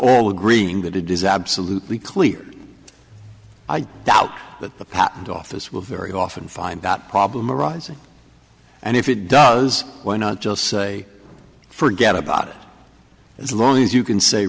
all agreeing that it is absolutely clear i doubt that the patent office will very often find that problem arising and if it does why not just say forget about it as long as you can say